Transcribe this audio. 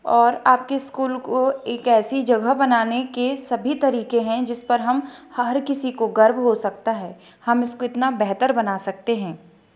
और आपके स्कूल को एक ऐसी जगह बनाने के सभी तरीके हैं जिस पर हम हर किसी को गर्व हो सकता है हम इसको इतना बेहतर बना सकते हैं